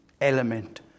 element